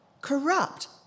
Corrupt